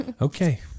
Okay